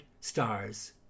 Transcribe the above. Stars